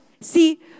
See